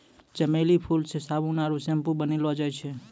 चमेली फूल से साबुन आरु सैम्पू बनैलो जाय छै